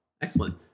Excellent